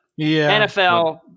NFL